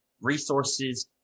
resources